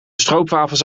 stroopwafels